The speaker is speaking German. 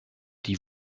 die